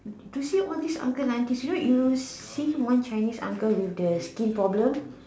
to see all this uncles and aunties you know you see one Chinese with the skin problem